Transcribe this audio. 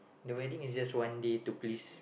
the wedding is just one day to please